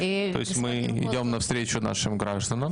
זאת אומרת אנחנו באים לקראת אזרחינו.